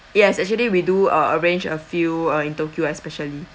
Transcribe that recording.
yes actually we do uh arrange a few uh in tokyo especially